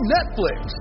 Netflix